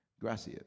Gracias